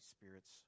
Spirit's